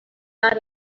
your